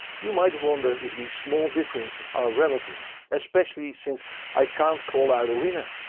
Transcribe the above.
you might wonder if these small differences are relevant, especially since i can't call out a winner.